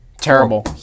Terrible